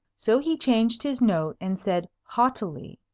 so he changed his note, and said haughtily,